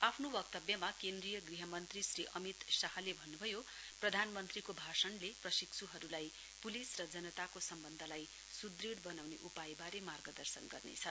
आफ्नो वक्तव्यमा केन्द्रीय गृह मन्त्री श्री अमित शाहले भन्नुभयो प्रधानमन्त्रीको भाषणले प्रशिक्षुहरूलाई पुलिस र जनताको सम्बन्धलाई सुद्रड बनाउने उपायबारे मार्गदर्शन गर्नेछ